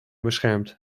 beschermd